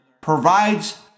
provides